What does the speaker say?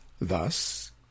Thus